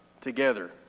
together